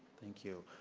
thank you.